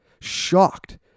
shocked